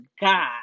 God